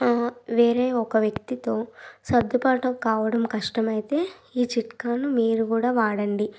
వేరే ఒక వ్యక్తితో సర్దుబాటం కావడం కష్టమైతే ఈ చిట్కాను మీరు కూడా వాడండి